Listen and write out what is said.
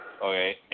Okay